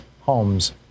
homes